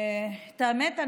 האמת,